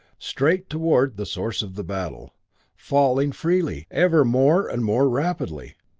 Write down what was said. straight toward the source of the battle falling freely, ever more and more rapidly.